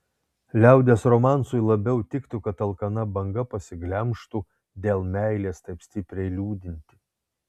liaudies romansui labiau tiktų kad alkana banga pasiglemžtų dėl meilės taip stipriai liūdintį